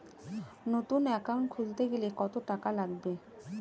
নতুন একাউন্ট খুলতে গেলে কত টাকা লাগবে?